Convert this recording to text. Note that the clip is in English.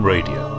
Radio